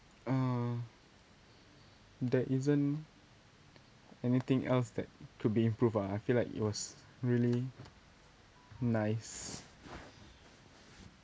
uh there isn't anything else that to be improve ah I feel like it was really nice